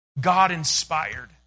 God-inspired